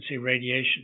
radiation